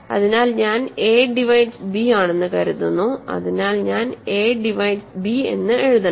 അതിനാൽ ഞാൻ A divides B ആണെന്ന് കരുതുന്നു അതിനാൽ ഞാൻ എ ഡിവൈഡ്സ് b എന്ന് എഴുതണം